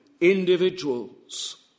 individuals